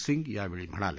सिंह यावेळी म्हणाले